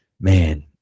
man